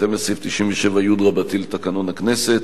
בהתאם לסעיף 97י לתקנון הכנסת: